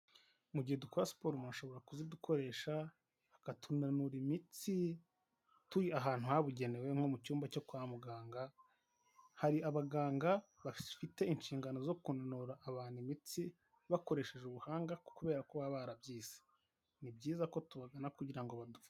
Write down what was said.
Mu gihe dukora siporo umuntu ashobora kuzidukoresha akatunnura imitsi turi ahantu habugenewe nko mu cyumba cyo kwa muganga, hari abaganga ba bafite inshingano zo kunanura abantu imitsi bakoresheje ubuhanga kubera ko baba barabyize, ni byiza ko tubagana kugira badupfu...